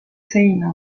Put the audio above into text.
seina